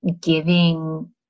giving